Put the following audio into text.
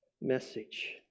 message